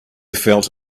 felt